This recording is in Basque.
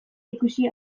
ikusi